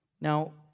Now